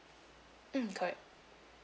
mm correct